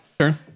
Sure